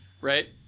right